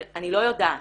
אני לא יודעת.